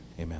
amen